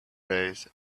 days